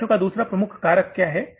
ख़र्चों में दूसरा प्रमुख कारक क्या है